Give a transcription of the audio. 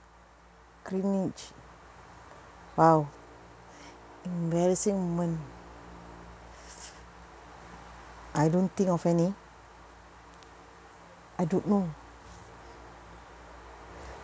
cringe !wow! embarrassing moment I don't think of any I don't know